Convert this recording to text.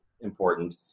important